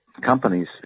companies